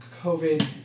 covid